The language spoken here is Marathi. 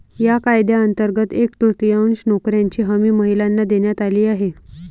या कायद्यांतर्गत एक तृतीयांश नोकऱ्यांची हमी महिलांना देण्यात आली आहे